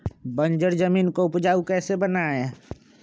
बंजर जमीन को उपजाऊ कैसे बनाय?